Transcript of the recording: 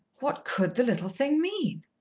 what could the little thing mean?